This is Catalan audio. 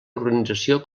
organització